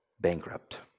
bankrupt